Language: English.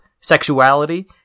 sexuality